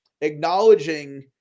acknowledging